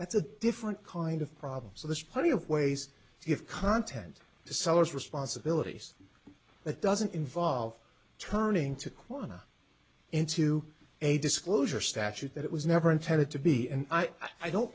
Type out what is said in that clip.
that's a different kind of problem so there's plenty of ways if content sellers responsibilities that doesn't involve turning to quanah into a disclosure statute that it was never intended to be and i don't